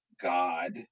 God